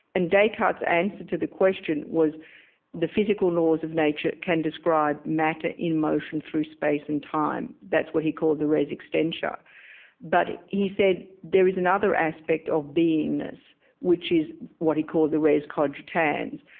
and descartes's answer to the question was the physical laws of nature can describe matter in motion through space and time. that's what he called the res extensa but he said there is another aspect of beingness which is what he called the res cogitans,